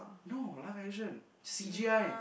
no live action c_g_i